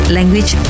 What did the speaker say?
Language